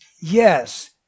Yes